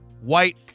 white